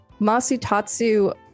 Masutatsu